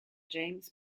james